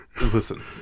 Listen